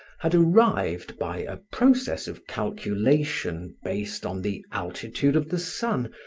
had arrived, by a process of calculation based on the altitude of the sun,